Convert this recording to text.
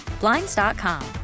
Blinds.com